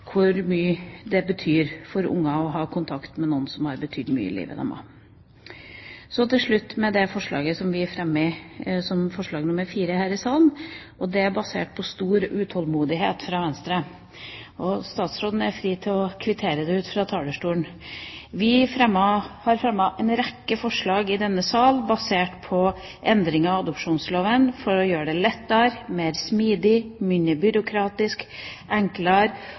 hvor mye det betyr for barn å ha kontakt med noen som har betydd noe i livet deres. Så til slutt om det forslaget som vi fremmer som forslag nr. 4 her i salen. Det er basert på stor utålmodighet fra Venstre, og statsråden er fri til å kvittere det ut fra talerstolen. Vi har fremmet en rekke forslag i denne sal, basert på endringer av adopsjonsloven, for å gjøre det lettere, mer smidig, mindre byråkratisk, enklere,